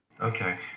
Okay